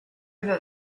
that